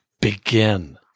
Begin